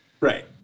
Right